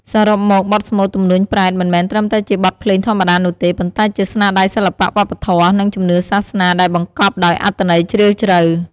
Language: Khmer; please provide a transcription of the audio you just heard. សរុបមក បទស្មូត ទំនួញប្រេត មិនមែនត្រឹមតែជាបទភ្លេងធម្មតានោះទេ ប៉ុន្តែជាស្នាដៃសិល្បៈវប្បធម៌ និងជំនឿសាសនាដែលបង្កប់ដោយអត្ថន័យជ្រាលជ្រៅ។